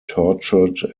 tortured